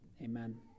Amen